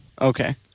Okay